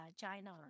China